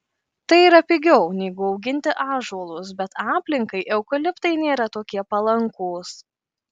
tai yra pigiau negu auginti ąžuolus bet aplinkai eukaliptai nėra tokie palankūs